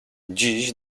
dziś